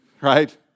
right